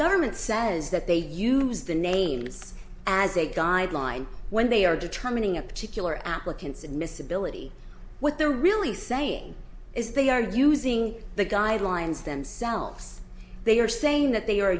government says that they use the names as a guideline when they are determining a particular applicant's admissibility what they're really saying is they are using the guidelines themselves they are saying that they are